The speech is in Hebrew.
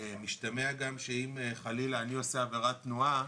משתמע גם שאם חלילה אני עושה עבירת תנועה,